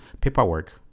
paperwork